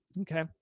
Okay